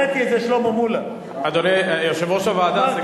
אדוני יושב-ראש הוועדה,